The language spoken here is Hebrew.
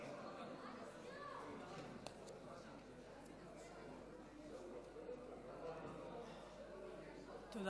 תודה